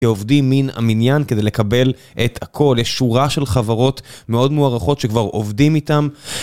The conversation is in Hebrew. שעובדים מן המניין כדי לקבל את הכל. יש שורה של חברות מאוד מוערכות שכבר עובדים איתן.